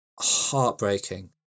heartbreaking